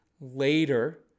later